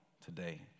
today